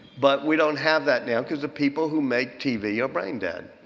but we don't have that now because the people who make tv are braindead.